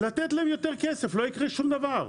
לתת להם יותר כסף, לא יקרה שום דבר.